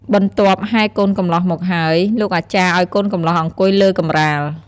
បន្ទាប់ហែរកូនកំលោះមកហើយ លោកអាចារ្យឲ្យកូនកំលោះអង្គុយលើកម្រាល។